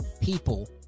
people